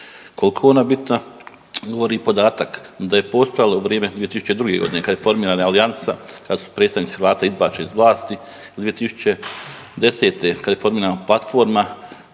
Koliko je ona bitna govori i podatak da je postojalo vrijeme 2002. godine kada je formirana alijansa kad su predstavnici Hrvata izbačeni iz vlasti, 2010. kada je formirana platforma